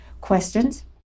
questions